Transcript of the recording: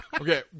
Okay